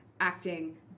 acting